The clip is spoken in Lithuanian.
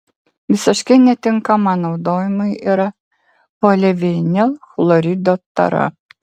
visiškai netinkama naudojimui yra polivinilchlorido tara